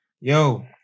Yo